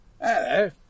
Hello